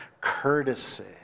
courtesy